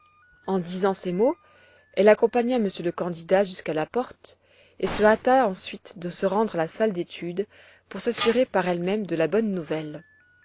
en disant ces mots elle accompagna monsieur le candidat jusqu'à la porte et se hâta ensuite de se rendre à la salle d'études pour s'assurer par elle-même de la bonne nouvelle